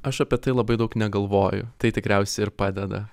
aš apie tai labai daug negalvoju tai tikriausiai ir padeda